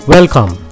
Welcome